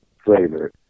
flavor